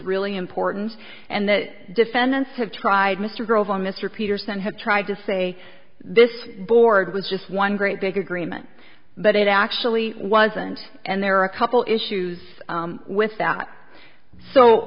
really important and the defendants have tried mr grove on mr peterson had tried to say this board was just one great big agreement but it actually wasn't and there are a couple issues with that so